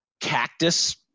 cactus